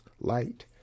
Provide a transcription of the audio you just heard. light